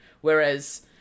Whereas